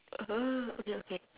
oh okay okay